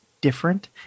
different